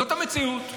זאת המציאות.